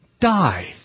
die